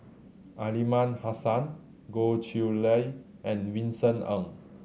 Aliman Hassan Goh Chiew Lye and Vincent Ng